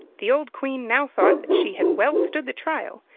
the old queen now thought that she had well stood the trial,